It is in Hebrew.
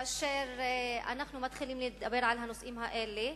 כאשר אנחנו מתחילים לדבר על הנושאים האלה,